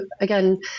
again